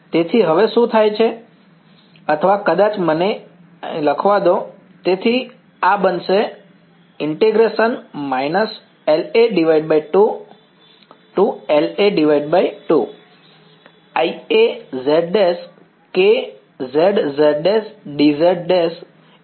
તેથી હવે શું થાય છે અથવા કદાચ મને તે અહીં લખવા દો